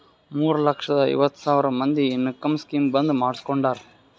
ಮೂರ ಲಕ್ಷದ ಐವತ್ ಸಾವಿರ ಮಂದಿ ಇನ್ಕಮ್ ಸ್ಕೀಮ್ ಬಂದ್ ಮಾಡುಸ್ಕೊಂಡಾರ್